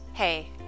Hey